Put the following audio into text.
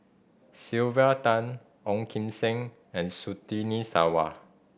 Sylvia Tan Ong Kim Seng and Surtini Sarwan